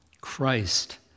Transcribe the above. Christ